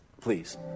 Please